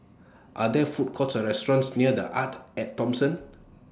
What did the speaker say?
Are There Food Courts Or restaurants near The Arte At Thomson